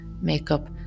makeup